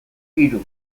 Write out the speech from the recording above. hiru